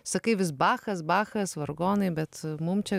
sakai vis bachas bachas vargonai bet mum čia